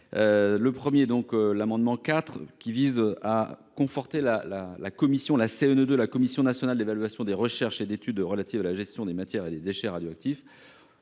Cet amendement vise à conforter la Commission nationale d’évaluation des recherches et études relatives à la gestion des matières et des déchets radioactifs